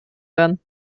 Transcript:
werden